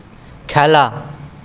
খেলা